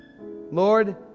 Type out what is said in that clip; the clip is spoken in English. Lord